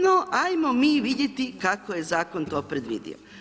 No, ajmo mi vidjeti kako je Zakon to predvidio.